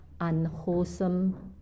unwholesome